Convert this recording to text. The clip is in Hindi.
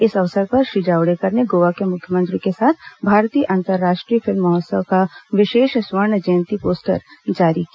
इस अवसर पर श्री जावड़ेकर ने गोवा के मुख्यमंत्री के साथ भारतीय अंतर्राष्ट्रीय फिल्म महोत्सव का विशेष स्वर्ण जयंती पोस्घ्टर जारी किया